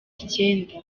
icyenda